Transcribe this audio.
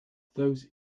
those